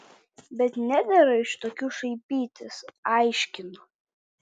bet nedera iš tokių šaipytis aiškinu